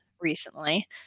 recently